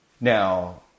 Now